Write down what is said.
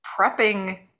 prepping